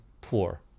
poor